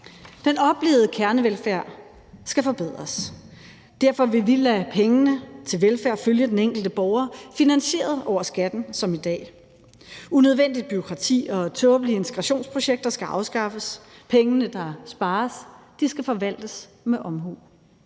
Den oplevede kernevelfærd skal forbedres. Derfor vil vi lade pengene til velfærd følge den enkelte borger finansieret over skatten som i dag. Unødvendigt bureaukrati og tåbelige integrationsprojekter skal afskaffes. Pengene, der spares, skal forvaltes med omhu.